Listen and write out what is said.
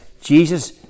Jesus